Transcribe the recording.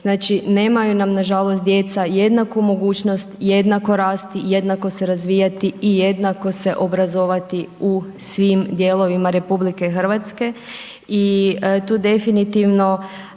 znači nemaju nam nažalost djeca jednaku mogućnost, jednako rast i jednako se razvijati i jednako se obrazovati u svim dijelovima RH.